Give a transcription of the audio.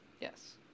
Yes